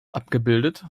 abgebildet